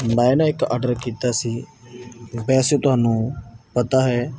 ਮੈਂ ਨਾ ਇੱਕ ਆਰਡਰ ਕੀਤਾ ਸੀ ਵੈਸੇ ਤੁਹਾਨੂੰ ਪਤਾ ਹੈ